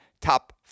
top